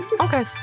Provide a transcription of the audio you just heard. Okay